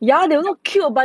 ya they look 小子